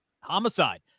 Homicide